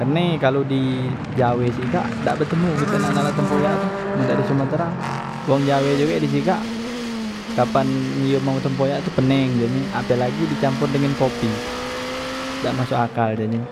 karne kalo dijawe sikak dak betemu kite nak nak tempoyak tu, men dari sumatra wong jawe juge di sikak, kapan dio makan tempoyak tu pening biasenye, ape lagi dicampur dengen kopi, dak masuk akal denye.